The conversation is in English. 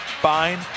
fine